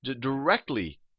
directly